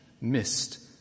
Missed